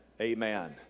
Amen